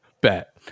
Bet